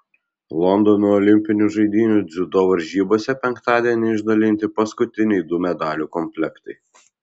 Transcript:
londono olimpinių žaidynių dziudo varžybose penktadienį išdalinti paskutiniai du medalių komplektai